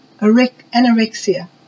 anorexia